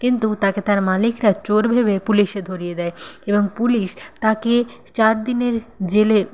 কিন্তু তাকে তার মালিকরা চোর ভেবে পুলিশে ধরিয়ে দেয় এবং পুলিশ তাকে চার দিন জেলে